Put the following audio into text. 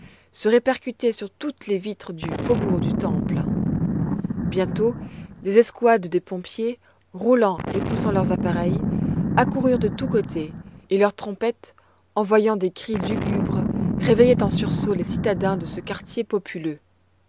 se répercutaient sur toutes les vitres du faubourg du temple bientôt les escouades des pompiers roulant et poussant leurs appareils accoururent de tous côtés et leurs trompettes envoyant des cris lugubres réveillaient en sursaut les citadins de ce quartier populeux